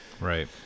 Right